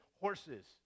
horses